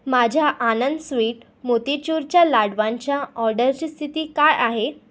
माझ्या आनंद स्वीट मोतीचूरच्या लाडवांच्या ऑर्डरची स्थिती काय आहे